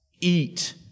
Eat